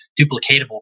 duplicatable